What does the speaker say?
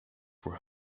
were